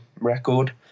record